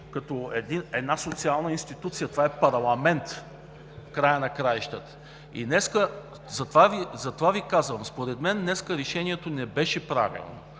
като една социална институция сме, това е парламент в края на краищата. И затова Ви казвам: според мен днес решението не беше правилно,